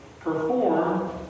perform